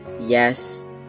Yes